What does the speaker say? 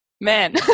man